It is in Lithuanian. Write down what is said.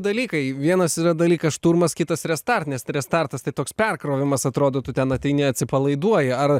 dalykai vienas yra dalykas šturmas kitas restart nes restartas tai toks perkrovimas atrodo tu ten ateini atsipalaiduoji ar